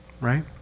Right